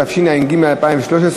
התשע"ג 2013,